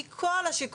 כי כל השיקולים,